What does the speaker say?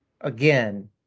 again